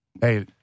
Hey